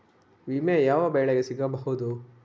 ವಿಮೆ ಯಾವ ಬೆಳೆಗೆ ಸಿಗಬಹುದು?